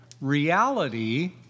Reality